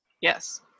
Yes